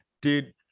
Dude